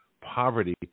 poverty